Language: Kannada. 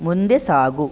ಮುಂದೆ ಸಾಗು